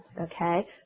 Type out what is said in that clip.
Okay